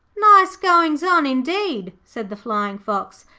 nice goings on, indeed said the flying-fox,